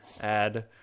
add